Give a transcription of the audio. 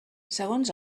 segons